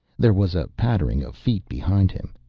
there was a pattering of feet behind him.